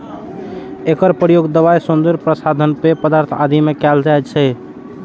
एकर प्रयोग दवाइ, सौंदर्य प्रसाधन, पेय पदार्थ आदि मे कैल जाइ छै